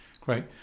great